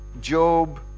Job